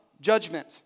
judgment